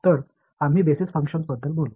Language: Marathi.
तर आम्ही बेसिस फंक्शन्स बद्दल बोलू